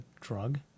drug